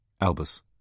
Albus